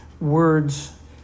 words